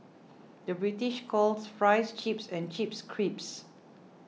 the British calls Fries Chips and Chips Crisps